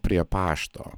prie pašto